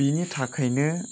बिनि थाखायनो